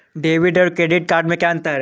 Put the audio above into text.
Debit और credit में क्या अंतर है?